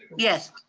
yes.